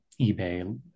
eBay